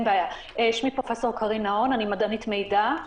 שמי פרופסור קרין נהון, ואני מדענית מידע.